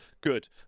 Good